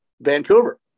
Vancouver